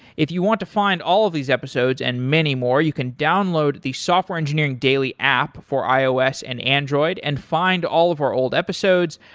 if you want to find all of these episodes and many more, you can download the software engineering engineering daily app for ios and android and find all of our old episodes.